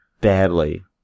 Badly